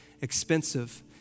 expensive